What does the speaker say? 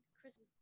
Christmas